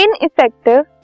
ineffective